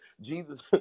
Jesus